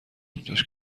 اونجاش